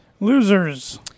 Losers